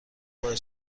باعث